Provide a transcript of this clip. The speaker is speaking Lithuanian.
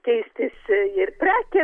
keistis ir prekė